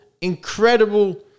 incredible